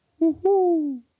woohoo